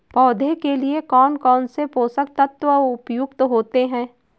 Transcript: पौधे के लिए कौन कौन से पोषक तत्व उपयुक्त होते हैं?